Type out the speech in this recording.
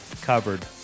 covered